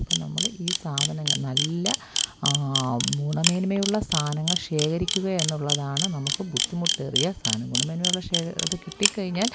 അപ്പം നമ്മൾ ഈ സാധനങ്ങൾ നല്ല ഗുണമേന്മയുള്ള സാനങ്ങൾ ശേഖരിക്കുക എന്നുള്ളതാണ് നമുക്ക് ബുദ്ധിമുട്ടേറിയ സാധനം ഗുണമേന്മ അത് കിട്ടികഴിഞ്ഞാൽ